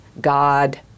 God